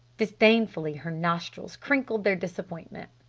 disdainfully her nostrils crinkled their disappointment.